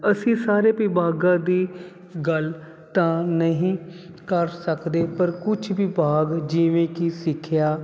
ਅਸੀਂ ਸਾਰੇ ਵਿਭਾਗਾਂ ਦੀ ਗੱਲ ਤਾਂ ਨਹੀਂ ਕਰ ਸਕਦੇ ਪਰ ਕੁਝ ਵੀ ਬਾਗ ਜਿਵੇਂ ਕਿ ਸਿੱਖਿਆ